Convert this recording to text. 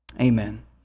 Amen